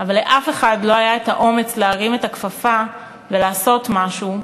אבל לאף אחד לא היה האומץ להרים את הכפפה ולעשות משהו,